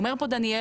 אומר פה דניאל,